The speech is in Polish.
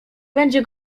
będzie